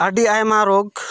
ᱟᱹᱰᱤ ᱟᱭᱢᱟ ᱨᱳᱜ